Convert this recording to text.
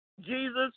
Jesus